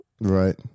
Right